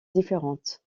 différentes